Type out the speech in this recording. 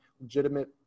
legitimate